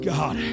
God